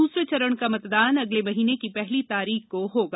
दूसरे चरण का मतदान अगले महीने की पहली तारीख को होगा